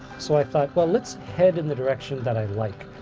so i thought, well, let's head in the direction that i like.